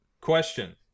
Question